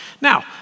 Now